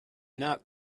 not